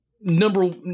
number